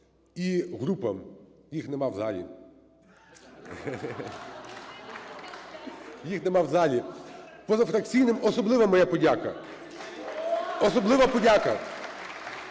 І група (їх нема в залі, їх нема в залі), позафракційним особлива моя подяка. Особлива подяка.